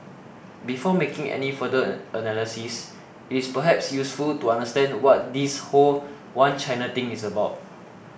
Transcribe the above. before making any further analysis it's perhaps useful to understand what this whole One China thing is about